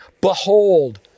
Behold